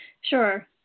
Sure